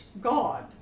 God